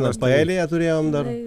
nors paeliją turėjom dar